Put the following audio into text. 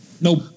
Nope